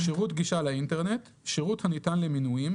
""שירות גישה לאינטרנט" שירות הניתן למנויים,